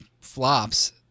flops